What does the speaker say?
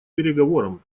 переговорам